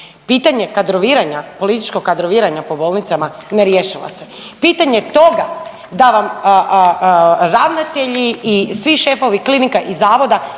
političkog kadroviranja po bolnicama, ne rješava se. Pitanje toga da vam ravnatelji i svi šefovi klinika i zavoda